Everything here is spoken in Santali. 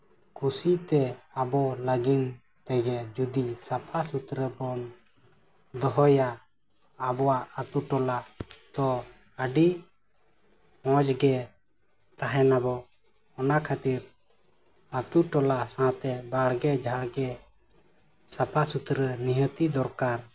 ᱠᱩᱥᱤᱛᱮ ᱟᱵᱚ ᱞᱟᱹᱜᱤᱫ ᱛᱮᱜᱮ ᱡᱩᱫᱤ ᱥᱟᱯᱷᱟ ᱥᱩᱛᱨᱟᱹ ᱵᱚᱱ ᱫᱚᱦᱚᱭᱟ ᱟᱵᱚᱣᱟᱜ ᱟᱹᱛᱩ ᱴᱚᱞᱟ ᱛᱚ ᱟᱹᱰᱤ ᱢᱚᱡᱽᱜᱮ ᱛᱟᱦᱮᱱᱟᱵᱚ ᱚᱱᱟ ᱠᱷᱟᱹᱛᱤᱨ ᱟᱹᱛᱩ ᱴᱚᱞᱟ ᱥᱟᱶᱛᱮ ᱵᱟᱲᱜᱮ ᱡᱷᱟᱲᱜᱮ ᱥᱟᱯᱷᱟ ᱥᱩᱛᱨᱟᱹ ᱱᱤᱦᱟᱹᱛᱤ ᱫᱚᱨᱠᱟᱨ